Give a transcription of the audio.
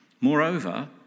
Moreover